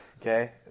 Okay